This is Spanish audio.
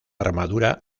armadura